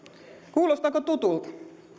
kuulostaako tutulta